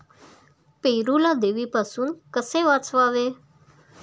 पेरूला देवीपासून कसे वाचवावे?